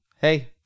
Hey